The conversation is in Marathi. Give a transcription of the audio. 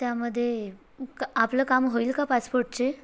त्यामध्ये क आपलं काम होईल का पासपोर्टचे